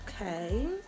Okay